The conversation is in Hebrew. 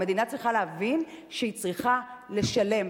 המדינה צריכה להבין שהיא צריכה לשלם.